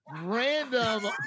random